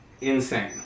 insane